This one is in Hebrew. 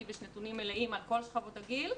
יש נתונים מלאים על כל שכבות הגיל,